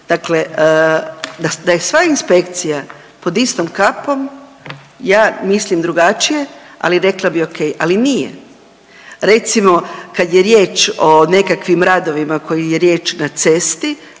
dakle da je sva inspekcija pod istom kapom ja mislim drugačije, ali rekla bi okej, ali nije. Recimo kad je riječ o nekakvim radovima koji je riječ na cesti,